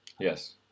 yes